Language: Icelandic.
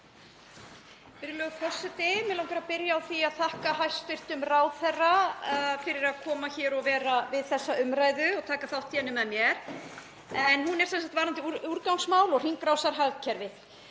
Virðulegur forseti. Mig langar að byrja á því að þakka hæstv. ráðherra fyrir að koma hér og vera við þessa umræðu og taka þátt í henni með mér en hún er um úrgangsmál og hringrásarhagkerfið.